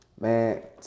Man